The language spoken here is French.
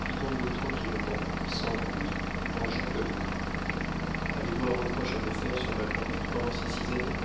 quittons-nous tranquillement sans bruit en gens comme il faut avez-vous un reproche à me faire sur ma conduite pendant ces six années